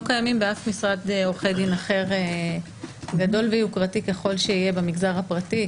קיימים באף משרד עורכי דין אחר גדול ויוקרתי ככל שיהיה במגזר הפרטי.